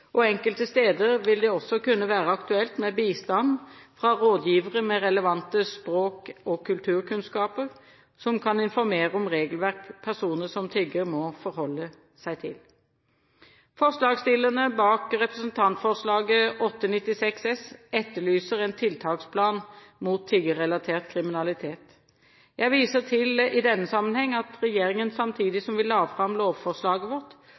og enkelte steder vil det også kunne være aktuelt med bistand fra rådgivere med relevante språk- og kulturkunnskaper som kan informere om regelverk personer som tigger, må forholde seg til. Forslagsstillerne bak Representantforslag 96 S for 2012–2013 etterlyser en tiltaksplan mot tiggerrelatert kriminalitet. Jeg viser i denne sammenheng til at regjeringen, samtidig som vi la fram lovforslaget vårt,